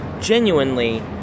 genuinely